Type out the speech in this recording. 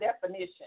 definition